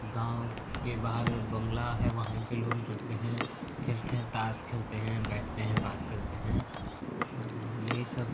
गाँव के बाहर बंगला है वहीं पे लोग जुटते हैं खेलते हैं ताश खेलते हैं बैठते हैं बात करते हैं यही सब